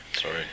sorry